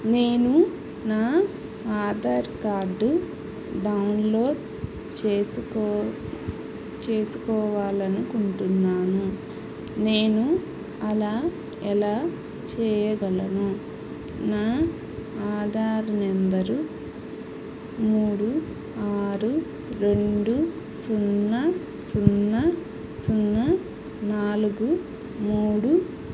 నేను నా Aadhaar card download చేసుకో చేసుకోవాలిఅనుకుంటున్నాను నేను అలా ఎలా చేయగలను నా ఆధార్ నెంబరు మూడు ఆరు రెండు సున్నా సున్నా సున్నా నాలుగు మూడు